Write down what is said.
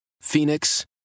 Phoenix